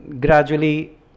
gradually